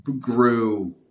grew